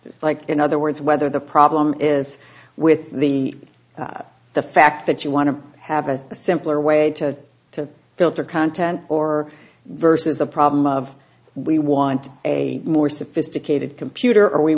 like in other words whether the problem is with the the fact that you want to have a simpler way to to filter content or versus the problem of we want a more sophisticated computer or we